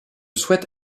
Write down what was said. souhaite